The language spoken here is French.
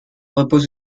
repose